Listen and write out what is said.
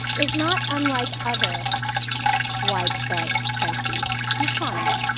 is not unlike other widespread crises, the economy,